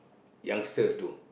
youngsters do